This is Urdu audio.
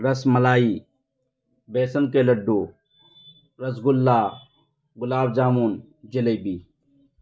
رس ملائی بیسن کے لڈو رس گلا گلاب جامن جلیبی